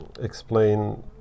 explain